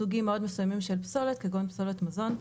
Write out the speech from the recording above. סוגים מאוד מסוימים של פסולת כגון פסולת מזון.